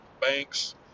Banks